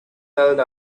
held